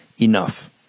enough